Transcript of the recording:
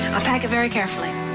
i'll pack it very carefully.